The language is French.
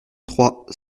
trois